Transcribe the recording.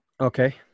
Okay